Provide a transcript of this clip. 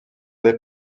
les